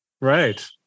Right